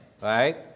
right